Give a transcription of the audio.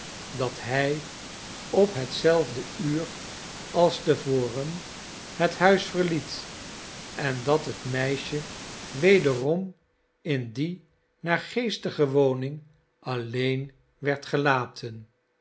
dat hij op hetzelfde uur als te voren het huis verliet en dat het meisje wederom in die naargeestige woning alleen werd gelaten